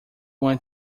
want